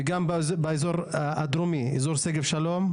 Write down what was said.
וגם באזור הדרומי, אזור שגב שלום.